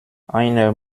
einer